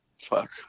fuck